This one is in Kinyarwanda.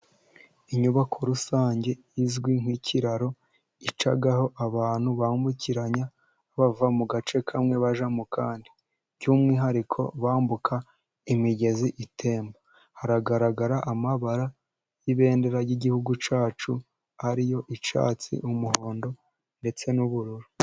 Inyubako rusange, izwi nk'ikiraro, icaho abantu bambukiranya bava mu gace kamwe bajya mu kandi, by'umwihariko bambuka imigezi itemba. Haragaragara amabara y'ibendera ry'igihugu cyacu, ari yo icyatsi, umuhondo, ndetse n'ubururu.